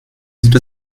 sieht